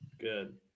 Good